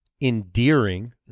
endearing